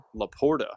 Laporta